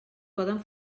poden